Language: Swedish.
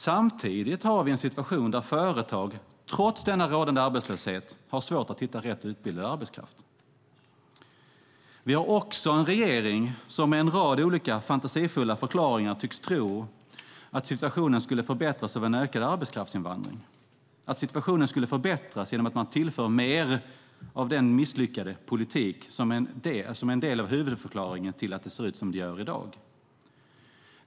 Samtidigt har vi en situation där företag, trots denna rådande arbetslöshet, har svårt att hitta rätt utbildad arbetskraft. Vi har också en regering som med en rad olika fantasifulla förklaringar tycks tro att situationen skulle förbättras av en ökad arbetskraftsinvandring och att situationen skulle förbättras genom att man tillför mer av den misslyckade politik som är en del av huvudförklaringen till att det ser ut som det gör i dag.